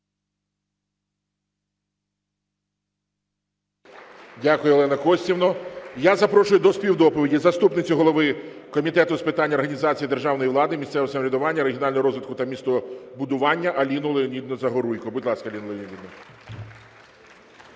Дякую, Олена Костівна. Я запрошую до співдоповіді заступницю голови Комітету з питань організації державної влади, місцевого самоврядування, регіонального розвитку та містобудування Аліну Леонідівну Загоруйко. Будь ласка, Аліна Леонідівна.